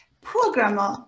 programmer